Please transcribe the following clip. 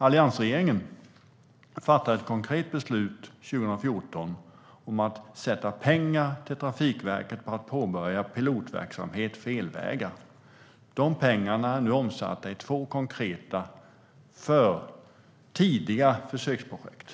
Alliansregeringen fattade ett konkret beslut 2014 om att ge pengar till Trafikverket för att påbörja pilotverksamhet för elvägar. De pengarna är nu omsatta i två konkreta tidiga försöksprojekt.